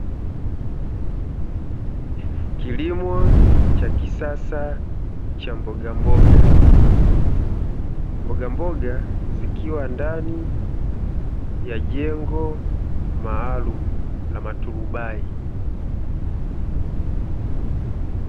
Kilimo cha kisasa cha mbogamboga. Mbogamboga zikiwa ndani ya jengo maalumu la maturubai.